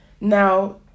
Now